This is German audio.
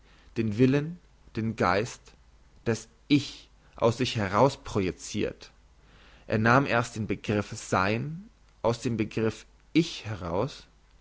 den willen den geist das ich aus sich herausprojicirt er nahm erst den begriff sein aus dem begriff ich heraus